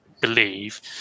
believe